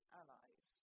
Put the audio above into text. allies